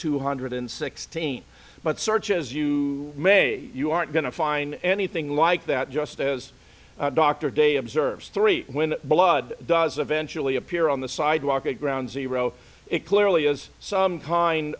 two hundred and sixteen but search as you may you aren't going to find anything like that just as dr de observes three when blood does eventually appear on the sidewalk at ground zero it clearly has some kind